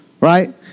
right